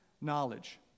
knowledge